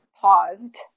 paused